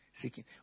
seeking